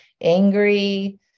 Angry